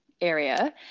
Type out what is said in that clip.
area